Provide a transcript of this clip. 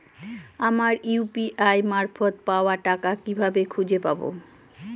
আমার ইউ.পি.আই মারফত পাওয়া টাকা কিভাবে খুঁজে পাব?